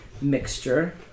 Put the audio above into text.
mixture